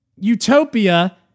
utopia